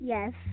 Yes